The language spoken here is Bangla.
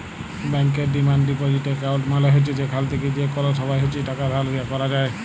ব্যাংকের ডিমাল্ড ডিপসিট এক্কাউল্ট মালে হছে যেখাল থ্যাকে যে কল সময় ইছে টাকা বাইর ক্যরা যায়